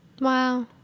Wow